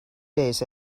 days